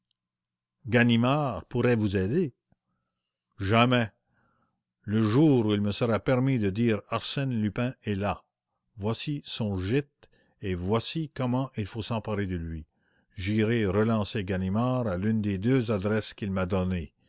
ganimard pourrait vous aider jamais le jour où il me sera permis de dire arsène lupin est là voici son gîte et voici comme il faut s'emparer de lui j'irai relancer ganimard à l'une des deux adresses qu'il m'a données